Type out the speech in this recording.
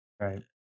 Right